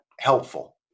helpful